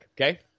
okay